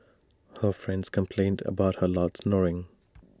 her friends complained about her loud snoring